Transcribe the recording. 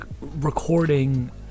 recording